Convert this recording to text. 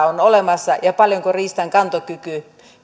on olemassa paljonko riistan kantokykyä